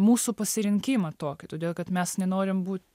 mūsų pasirinkimą tokį todėl kad mes nenorim būt